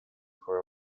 for